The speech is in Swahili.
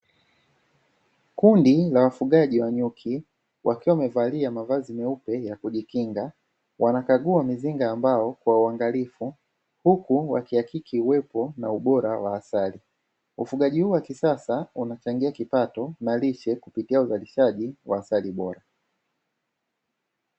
Kundi la wafugaji wa nyuki wakiwa wamevalia mavazi ya kujikinga, wakikagua mizinga ya mbao kwa uangalifu huku wakihakiki uwepo na ubora wa asari. Ufugaji huu wa kisasa unachangia kipato na rishe kupitia uzalishaji wa asari bora.